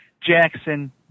Jackson